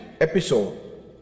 episode